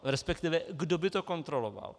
Respektive kdo by to kontroloval?